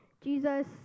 Jesus